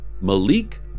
Malik